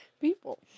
people